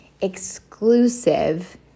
exclusive